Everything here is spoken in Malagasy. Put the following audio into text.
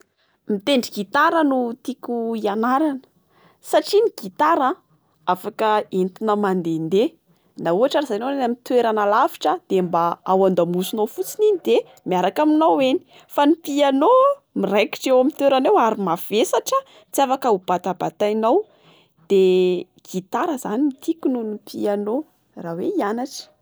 Mitendry gitara no tiako ianarana satria ny gitara afaka entina mandendeha. Na ohatra ary zao enao eo any amin'ny toerana lavitra de mba ao amdamosinao fotsiny iny de miaraka aminao eny. Fa ny piano miraikitra eo aminy toerana eo, ary mazefatra tsy afaka ho batabatainao. De gitara zany no tiako noho ny piano, raha hoe hianatra.